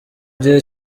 gihe